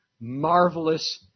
marvelous